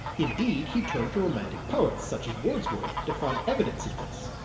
indeed he turned to romantic poets such as wordsworth to find evidence of this.